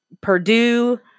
Purdue